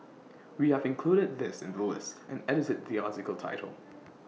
we have included this in the list and edited the article title